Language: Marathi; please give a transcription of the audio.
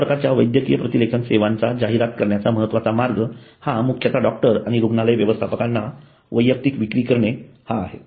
या प्रकारच्या वैद्यकीय प्रतिलेखन सेवांचा जाहिरात करण्याचा महत्वाचा मार्ग हा मुख्यतः डॉक्टर आणि रुग्णालय व्यवस्थापकांना वैयक्तिक विक्री करणे हा आहे